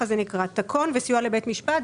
תקון וסיוע לבתי משפט,